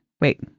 Wait